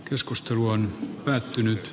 keskustelu on päättynyt